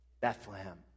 Bethlehem